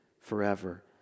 forever